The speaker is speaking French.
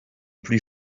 plus